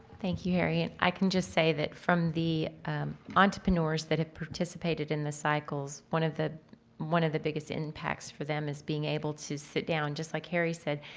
thank you, harry. and i can just say that from the entrepreneurs that have participated in the cycles, one of the one of the biggest impacts for them is being able to sit down, just like harry said,